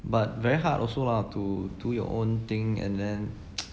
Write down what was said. but very hard also lah to to your own thing and then